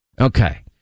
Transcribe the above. Okay